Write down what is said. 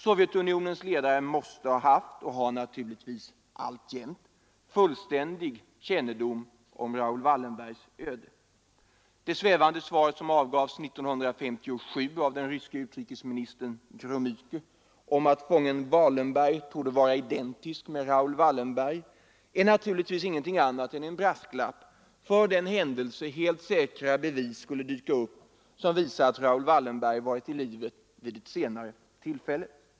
Sovjetunionens ledare måste ha haft, och har naturligtvis alltjämt, fullständig kännedom om Raoul Wallenbergs öde. Det svävande svar som avgavs 1957 av utrikesministern Gromyko om att fången ”Walenberg” torde vara identisk med Raoul Wallenberg är naturligtvis ingenting annat än en brasklapp för den händelse helt säkra bevis skulle dyka upp som visar att Raoul Wallenberg varit i livet vid ett senare tillfälle.